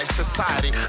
society